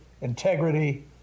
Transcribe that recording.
integrity